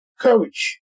courage